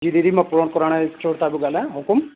जी दीदी मां पूरण पुराणा स्टोर तां थो ॻाल्हायां हुक़ुम